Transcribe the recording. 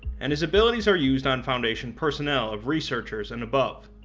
and his abilities are used on foundation personnel of researchers and above,